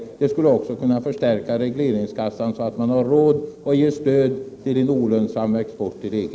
Detta skulle också kunna förstärka regleringskassan, så att man får råd att ge stöd till en olönsam export till EG.